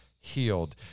healed